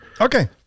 Okay